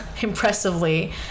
impressively